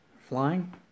flying